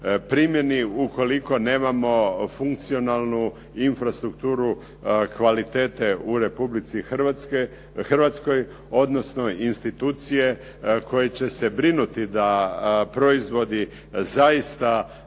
primjeni ukoliko nemamo funkcionalnu infrastrukturu kvalitete u Republici Hrvatskoj, odnosno institucije koje će se brinuti da proizvodi zaista